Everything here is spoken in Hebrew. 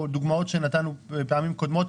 והצגנו דוגמאות בדיונים הקודמים,